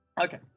Okay